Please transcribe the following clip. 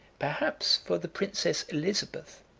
perhaps for the princess elizabeth,